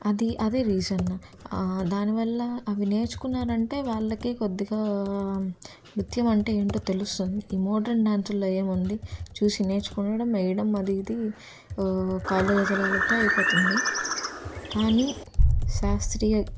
అది అదే రీజన్ దాని వల్ల అవి నేర్చుకున్నారు అంటే వాళ్ళకే కొద్దిగా నృత్యం అంటే ఏంటో తెలుస్తుంది ఈ మోడ్రన్ డ్యాన్సుల్లో ఏమి ఉంది చూసి నేర్చుకొనడం వేయడం అది ఇది కాళ్ళు చేతులు ఆడితే అయిపోతుంది కానీ శాస్త్రీయ